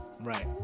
Right